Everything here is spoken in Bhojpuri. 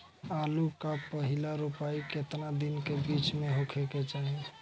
आलू क पहिला रोपाई केतना दिन के बिच में होखे के चाही?